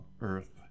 earth